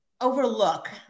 overlook